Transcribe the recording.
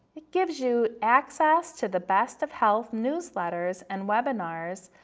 it gives you access to the best of health newsletters and webinars,